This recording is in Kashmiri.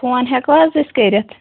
فون ہیٚکوٕ حظ أسۍ کٔرِتھ